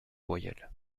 royale